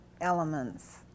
elements